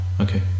Okay